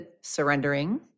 surrendering